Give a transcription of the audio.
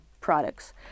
products